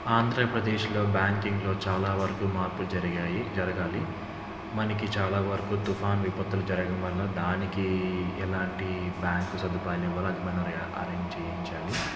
ఆంధ్రప్రదేశ్లో బ్యాంకింగ్లో చాలా వరకు మార్పులు జరిగాయి జరగాలి మనకి చాలా వరకు తుఫాన్ విపత్తులు జరగం వల్ల దానికి ఎలాంటి బ్యాంకు సదుపాయలు ఇవ్వాలో అది మన అరేంజ్ చేయించాలి